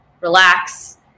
relax